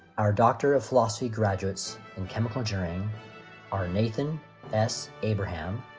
our doctor of philosophy graduates in chemical engineering are nathan s abraham,